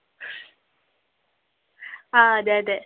ആ അതെ അതെ